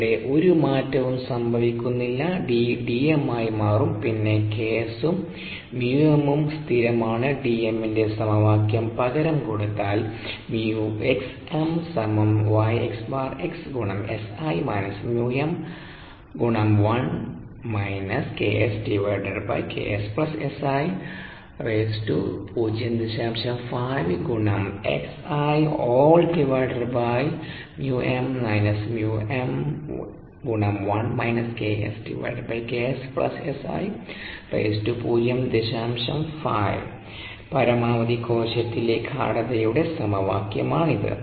ഇവിടെ ഒരു മാറ്റവും സംഭവികുന്നില്ല D D m ആയി മാറും പിന്നെ KS ഉം 𝜇𝑚 ഉം സ്ഥിരമാണ്Dm ൻറെ സമവാക്യം പകരം കൊടുത്താൽ പരമാവധി കോശത്തിലെ ഗാഢതയുടെ സമവാക്യമാണിത്